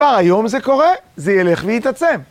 כבר היום זה קורה, זה ילך ויתעצם.